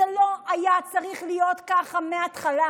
זה לא היה צריך להיות ככה מהתחלה.